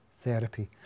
therapy